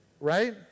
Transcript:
right